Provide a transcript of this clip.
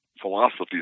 philosophy